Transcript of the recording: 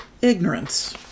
ignorance